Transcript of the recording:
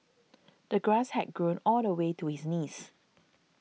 the grass had grown all the way to his knees